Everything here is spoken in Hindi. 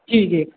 जी जी